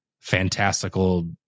fantastical